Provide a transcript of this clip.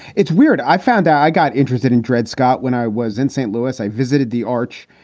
it's weird. i found out i got interested in dred scott when i was in st. louis. i visited the arch.